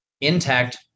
intact